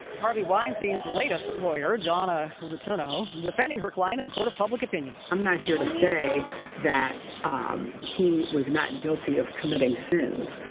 harvey weinstein's latest lawyer donna rotunno, defending her client in the court of public opinion. i'm not here to say that he was not guilty of committing sins.